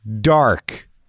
dark